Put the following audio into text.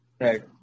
Right